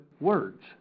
words